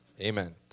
Amen